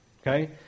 okay